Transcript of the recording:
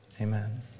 Amen